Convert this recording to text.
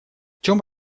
чем